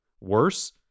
Worse